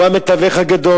הוא המתווך הגדול,